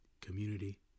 community